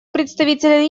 представителя